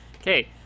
Okay